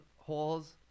holes